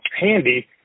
handy